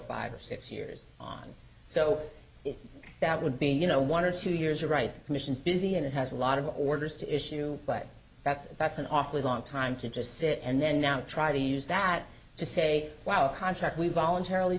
five or six years on so that would be you know one or two years right missions busy and it has a lot of orders to issue but that's that's an awfully long time to just sit and then now try to use that to say wow a contract we voluntarily